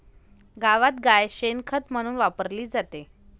गावात गाय शेण खत म्हणून वापरली जाते